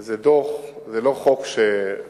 זה דוח, זה לא חוק שחוקק